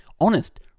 honest